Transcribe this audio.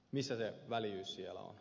missä se väljyys siellä on